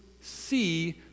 see